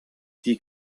die